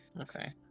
okay